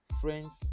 friends